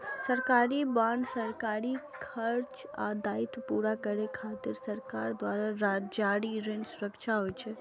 सरकारी बांड सरकारी खर्च आ दायित्व पूरा करै खातिर सरकार द्वारा जारी ऋण सुरक्षा होइ छै